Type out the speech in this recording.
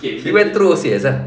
he went through O_C_S ah